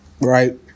right